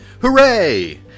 Hooray